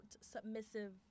submissive